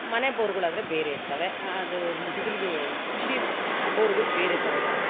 ಮನೆ ಬೋರುಗಳಾದರೆ ಬೇರೆ ಇರ್ತಾವೆ ಅದು ಇದರದು ಕೃಷಿ ಬೋರುಗಳು ಬೇರೆ ಥರ ಇರ್ತಾವೆ